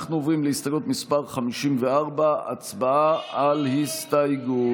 אנחנו עוברים להסתייגות מס' 54. הצבעה על ההסתייגות.